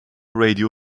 radio